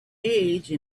age